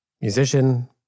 musician